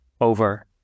over